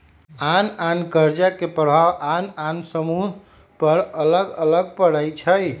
आन आन कर्जा के प्रभाव आन आन समूह सभ पर अलग अलग पड़ई छै